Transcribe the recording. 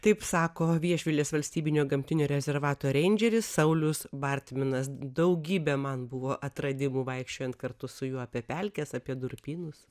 taip sako viešvilės valstybinio gamtinio rezervato reindžeris saulius bartminas daugybė man buvo atradimų vaikščiojant kartu su juo apie pelkes apie durpynus